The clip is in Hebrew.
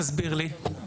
תסביר לי.